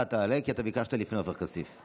אתה תעלה, כי אתה ביקשת לפני עופר כסיף.